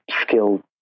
skilled